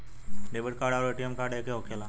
Debit card आउर ATM card एके होखेला?